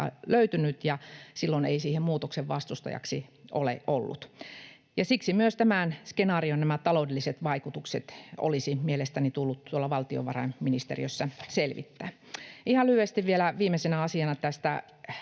löytynyt ja silloin ei sen muutoksen vastustajaksi ole ollut. Siksi myös tämän skenaarion taloudelliset vaikutukset olisi mielestäni tullut tuolla valtiovarainministeriössä selvittää. Ihan lyhyesti vielä viimeisenä asiana tästä